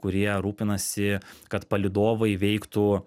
kurie rūpinasi kad palydovai veiktų